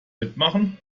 mitmachen